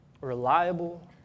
reliable